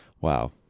Wow